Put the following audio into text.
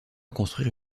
construire